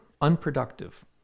unproductive